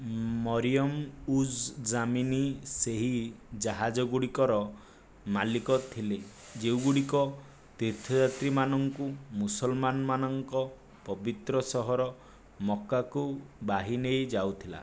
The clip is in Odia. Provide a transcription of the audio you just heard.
ମରିୟମ୍ ଉଜ୍ ଜାମିନୀ ସେହି ଜାହାଜଗୁଡ଼ିକର ମାଲିକ ଥିଲେ ଯେଉଁଗୁଡ଼ିକ ତୀର୍ଥଯାତ୍ରୀମାନଙ୍କୁ ମୁସଲମାନମାନାନଙ୍କ ପବିତ୍ର ସହର ମକାକୁ ବାହି ନେଇଯାଉଥିଲା